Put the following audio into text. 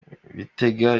bitega